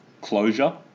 Closure